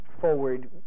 forward